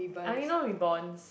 I only know Reebonz